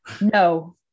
no